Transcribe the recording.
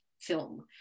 film